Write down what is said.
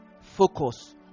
focus